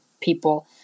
people